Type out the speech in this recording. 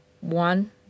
one